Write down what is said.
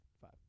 Five